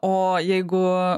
o jeigu